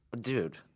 Dude